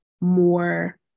more